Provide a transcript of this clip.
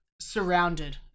surrounded